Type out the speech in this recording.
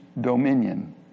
dominion